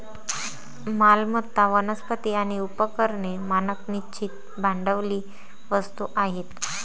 मालमत्ता, वनस्पती आणि उपकरणे मानक निश्चित भांडवली वस्तू आहेत